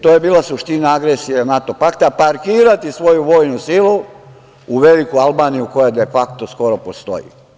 To je bila suštine agresije NATO pakta, parkirati svoju vojnu silu u veliku Albaniju, koja de fakto, skoro postoji.